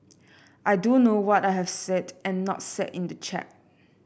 I do know what I have said and not said in the chat